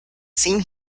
seen